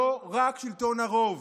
לא רק שלטון הרוב.